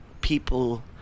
People